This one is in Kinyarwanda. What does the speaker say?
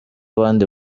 abandi